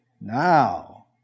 Now